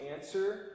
answer